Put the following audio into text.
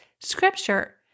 Scripture